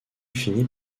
finit